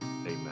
Amen